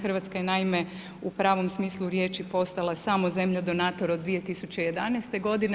Hrvatska je naime u pravom smislu riječi postala samo zemlja donator od 2011. godine.